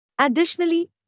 Additionally